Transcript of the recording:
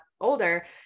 older